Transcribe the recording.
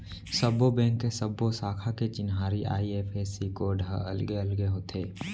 सब्बो बेंक के सब्बो साखा के चिन्हारी आई.एफ.एस.सी कोड ह अलगे अलगे होथे